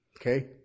Okay